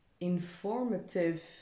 informative